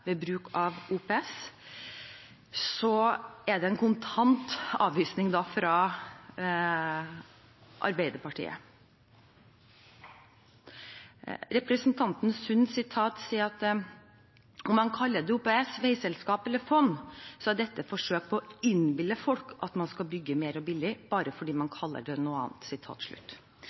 ved bruk av OPS, er det en kontant avvisning fra Arbeiderpartiet. Representanten Sund sier: «Om man kaller det OPS, veiselskap eller fond så er dette et forsøk på å innbille folk at man skal bygge mer og billigere bare fordi man kaller det noe annet.»